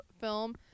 film